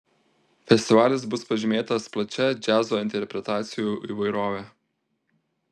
festivalis bus pažymėtas plačia džiazo interpretacijų įvairove